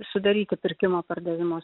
sudaryti pirkimo pardavimo